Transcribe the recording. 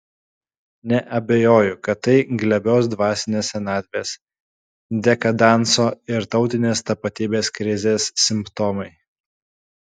neabejoju kad tai glebios dvasinės senatvės dekadanso ir tautinės tapatybės krizės simptomai